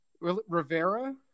Rivera